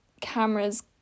cameras